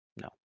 No